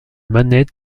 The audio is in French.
manette